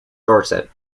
dorset